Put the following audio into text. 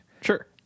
sure